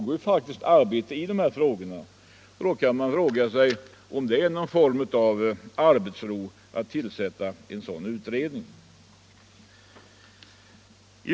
Då kan man ju undra om det är någon form av arbetsro att tillsätta en sådan utredning.